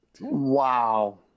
wow